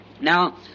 Now